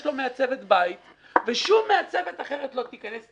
לו מעצבת בית ושום מעצבת אחרת לא תיכנס,